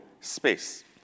space